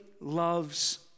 loves